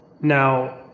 now